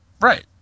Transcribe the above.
Right